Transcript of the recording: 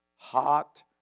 Hot